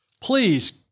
Please